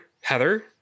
Heather